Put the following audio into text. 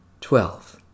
Twelve